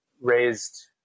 raised